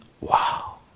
Wow